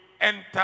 enter